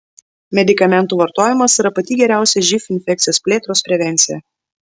medikamentų vartojimas yra pati geriausia živ infekcijos plėtros prevencija